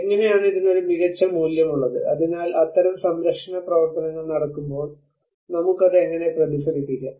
എങ്ങനെയാണ് ഇതിന് ഒരു മികച്ച മൂല്യമുള്ളത് അതിനാൽ അത്തരം സംരക്ഷണ പ്രവർത്തനങ്ങൾ നടത്തുമ്പോൾ നമുക്ക് അത് എങ്ങനെ പ്രതിഫലിപ്പിക്കാം